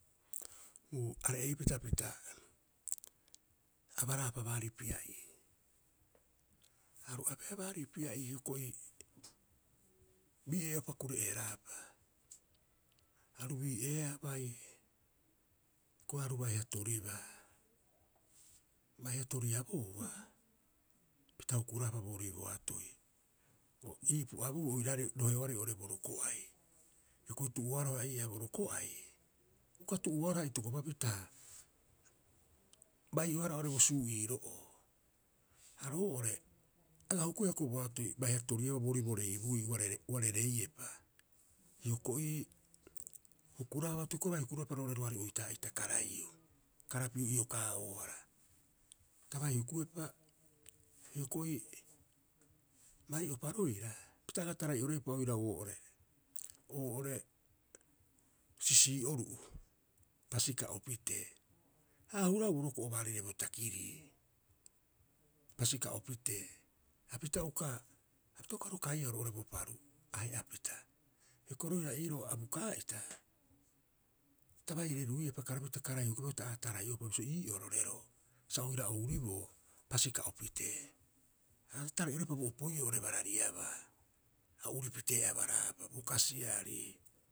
Uu, are'epita pita abaraapa baarii pia'ii. Aru abeea baari pia'ii hioko'i bii'ee'upa kure'eerapa, aru bi'eeaa bai hioko'i aru baiha toribaa. Baiha toriabouba pita hukuraapa boorii boatoi. Ii pu'abuuo oiraare roheoarei oo'ore bo roko'ai. Hioko'i tu'uoaroha ii'aa bo roko'ai, uka tu'uoaroha itokopapita ha bai'oehara oo'ore bo suu'iiro'oo. Ha roo'ore, aga hukuia hioko'i bo atoi baiha torieuba boo'ore bo reibuui uare rei uare reiepa. Hioko'i hukuraapa hioko'i bai hukuroepa roo'ore roari oitaa'ita karaiiu, karapiu iokaa'oohara. Ta bai hukuepa hioko'i bai'upa roira pita aga tarai'oreupa oirau oo'ore oo'ore, sisii'oru'u hasika'o pitee. Ha ahuraau bo roko'o baarire bo takirii hasika'o pitee. Hapita uka, hapita uka ro kaiau roo'ore bo paru ahe'apita. Hioko'i roira iiroo abuukaa ita, ta baire ruiepa karapiu ta karaiiu hukuepa ta aga tarai'oupa bisio ii'oo roreroo, sa oira ouriboo hasika'oo pitee. Au aga tarai'oreupa bo opoi'oo oo'ore barariabaa, a uri pitee abaraapa, bo kasiarii.